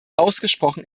ausgesprochen